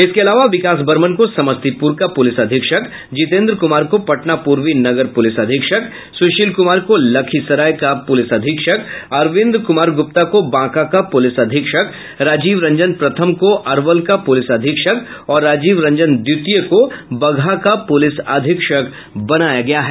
इसके अलावा विकास वर्मन को समस्तीपुर का पुलिस अधीक्षक जितेंद्र कुमार को पटना पूर्वी नगर पुलिस अधीक्षक सुशील कुमार को लखीसराय का पुलिस अधीक्षक अरविंद कुमार गुप्ता को बांका का पुलिस अधीक्षक राजीव रंजन प्रथम को अरवल का पुलिस अधीक्षक और राजीव रंजन द्वितीय को बगहा का पुलिस अधीक्षक बनाया गया है